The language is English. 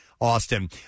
Austin